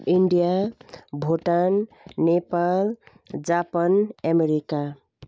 India Bhutan Nepal Japan America